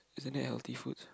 isn't that healthy foods